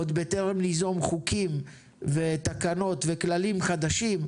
עוד בטרם ניזום חוקים ותקנות וכללים חדשים,